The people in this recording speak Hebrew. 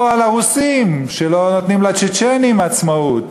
או על הרוסים, שלא נותנים לצ'צ'נים עצמאות?